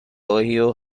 ohio